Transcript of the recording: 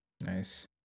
Nice